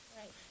Right